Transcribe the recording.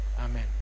Amen